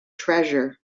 treasure